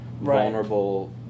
Vulnerable